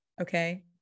okay